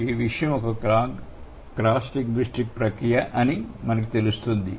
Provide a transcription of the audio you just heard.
కాబట్టి ఈ విషయం ఒక క్రాస్ లింగ్విస్టిక్ ప్రక్రియ అనిపిస్తుంది